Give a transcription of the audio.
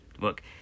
Look